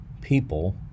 people